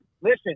listen